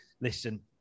listen